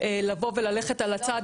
לבוא וללכת על הצד